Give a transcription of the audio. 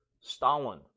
Stalin